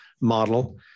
model